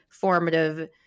formative